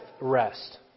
rest